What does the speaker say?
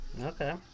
Okay